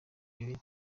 bibiri